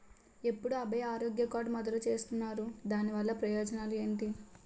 ఎప్పుడు అభయ ఆరోగ్య కార్డ్ మొదలు చేస్తున్నారు? దాని వల్ల ప్రయోజనాలు ఎంటి?